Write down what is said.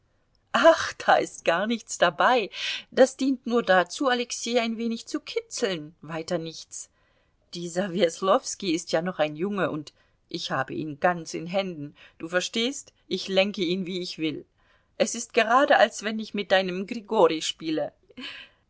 ach da ist gar nichts dabei das dient nur dazu alexei ein wenig zu kitzeln weiter nichts dieser weslowski ist ja noch ein junge und ich habe ihn ganz in händen du verstehst ich lenke ihn wie ich will es ist gerade als wenn ich mit deinem grigori spiele